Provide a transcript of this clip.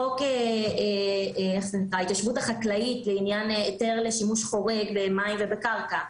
או חוק ההתיישבות החקלאית לעניין היתר לשימוש חורג במים ובקרקע,